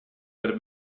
per